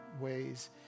ways